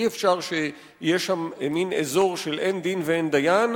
אי-אפשר שיהיה שם אזור של אין דין ואין דיין,